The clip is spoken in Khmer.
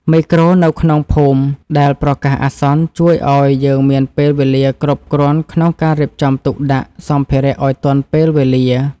មេក្រូនៅក្នុងភូមិដែលប្រកាសអាសន្នជួយឱ្យយើងមានពេលវេលាគ្រប់គ្រាន់ក្នុងការរៀបចំទុកដាក់សម្ភារៈឱ្យទាន់ពេលវេលា។